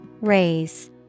Raise